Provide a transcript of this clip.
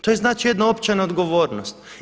To je znači jedna opća neodgovornost.